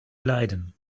leiden